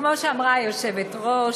כמו שאמרה היושבת-ראש,